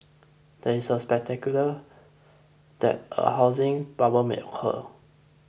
there is speculation that a housing bubble may occur